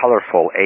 colorful